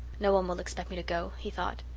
no one will expect me to go, he thought.